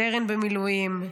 סרן במילואים,